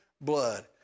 blood